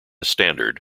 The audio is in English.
standard